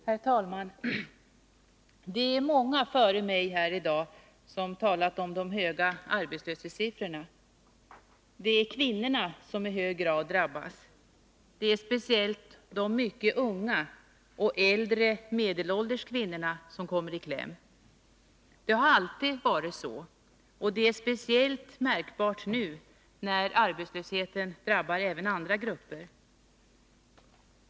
Herr talman! Det är många före mig här i dag som talat om de höga arbetslöshetssiffrorna. Det är kvinnorna som i hög grad drabbas. Det är speciellt de mycket unga och de äldre eller medelålders kvinnorna som kommer i kläm. Det har alltid varit så, och det är speciellt märkbart nu när arbetslösheten drabbar även andra grupper.